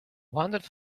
wandered